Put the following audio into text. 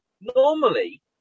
normally